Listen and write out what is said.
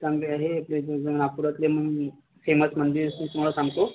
चांगले आहे ते जे नागपुरातले मं फेमस मंदिर मी तुम्हाला सांगतो